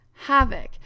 havoc